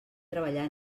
treballar